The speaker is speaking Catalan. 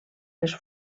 les